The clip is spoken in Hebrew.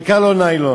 העיקר לא ניילון.